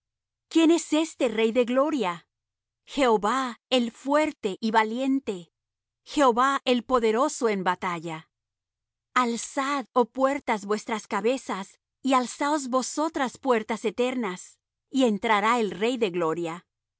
quién es este rey de gloria jehová el fuerte y valiente jehová el poderoso en batalla alzad oh puertas vuestras cabezas y alzaos vosotras puertas eternas y entrará el rey de gloria